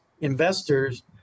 investors